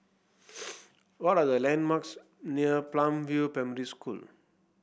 what are the landmarks near Palm View Primary School